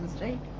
right